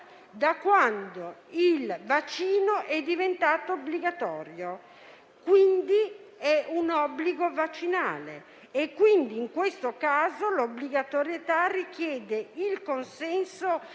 da quando il vaccino è diventato obbligatorio. C'è dunque un obbligo vaccinale e in questo caso l'obbligatorietà richiede il consenso